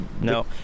no